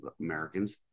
Americans